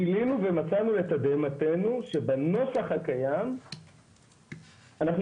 גילינו ומצאנו לתדהמתנו שבנוסח הקיים אנחנו